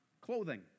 clothing